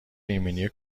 ایمنی